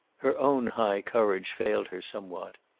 her own high courage failed her somewhat.